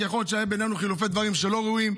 יכול להיות שהיו בינינו חילופי דברים לא ראויים.